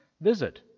visit